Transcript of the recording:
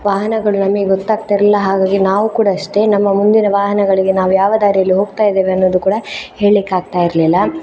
ವಾಹನಗಳು ನಮಗೆ ಗೊತ್ತಾಗ್ತಿರಲಿಲ್ಲ ಹಾಗಾಗಿ ನಾವು ಕೂಡ ಅಷ್ಟೇ ನಮ್ಮ ಮುಂದಿನ ವಾಹನಗಳಿಗೆ ನಾವು ಯಾವ ದಾರಿಯಲ್ಲಿ ಹೋಗ್ತಾಯಿದ್ದೇವೆ ಅನ್ನೋದು ಕೂಡ ಹೇಳಲಿಕ್ಕಾಗ್ತಾಯಿರ್ಲಿಲ್ಲ